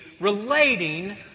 relating